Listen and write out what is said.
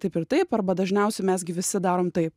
taip ir taip arba dažniausiai mes gi visi darome taip